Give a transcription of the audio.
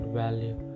value